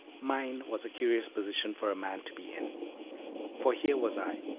mine was a curious position for a man to be in for here was i,